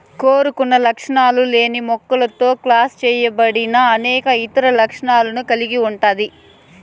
కోరుకున్న లక్షణాలు లేని మొక్కతో క్రాస్ చేయబడి అనేక ఇతర లక్షణాలను కలిగి ఉంటాది